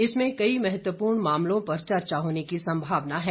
इसमें कई महत्वपूर्ण मामलों पर चर्चा होने की संभावना है